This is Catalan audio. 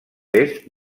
est